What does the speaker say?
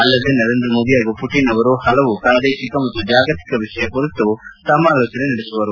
ಅಲ್ಲದೆ ನರೇಂದ ಮೋದಿ ಹಾಗೂ ಪುಟಿನ್ ಅವರು ಹಲವು ಪ್ರಾದೇಶಿಕ ಮತ್ತು ಜಾಗತಿಕ ವಿಷಯಗಳ ಬಗ್ಗೆಯೂ ಸಮಾಲೋಚನೆ ನಡೆಸುವರು